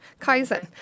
Kaizen